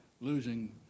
losing